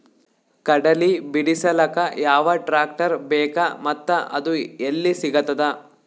ಕಡಲಿ ಬಿಡಿಸಲಕ ಯಾವ ಟ್ರಾಕ್ಟರ್ ಬೇಕ ಮತ್ತ ಅದು ಯಲ್ಲಿ ಸಿಗತದ?